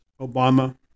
Obama